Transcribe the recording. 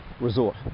resort